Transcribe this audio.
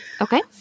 Okay